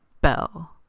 Bell